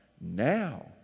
now